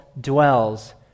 dwells